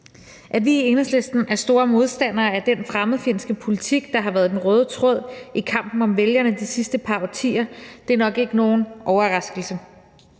At vi i Enhedslisten er store modstandere af den fremmedfjendske politik, der har været den røde tråd i kampen om vælgerne de sidste par årtier, er nok ikke nogen overraskelse.